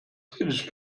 redest